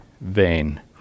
vain